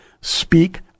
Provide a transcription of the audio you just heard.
speak